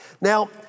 Now